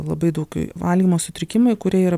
labai daug valgymo sutrikimai kurie yra